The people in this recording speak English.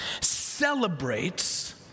celebrates